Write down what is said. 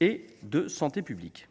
et de santé publique.